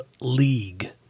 league